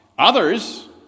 Others